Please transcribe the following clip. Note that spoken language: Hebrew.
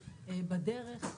בדרך,